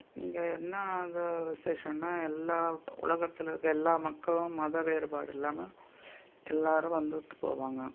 இங்கே என்ன க விசேஷன்னா எல்லா உலகத்தில் இருக்கற எல்லாம் மக்களும் மத வேறுபாடு இல்லாமல் எல்லாரும் வந்துவிட்டு போவாங்கள்